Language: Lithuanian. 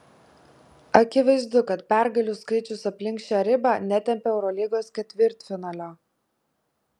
akivaizdu kad pergalių skaičius aplink šią ribą netempia eurolygos ketvirtfinalio